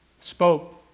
spoke